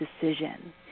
decision